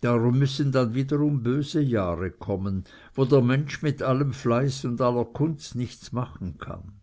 darum müssen dann wiederum böse jahre kommen wo der mensch mit allem fleiß und aller kunst nichts machen kann